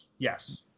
Yes